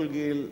כל גיל,